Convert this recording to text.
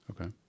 Okay